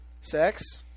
sex